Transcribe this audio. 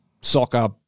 soccer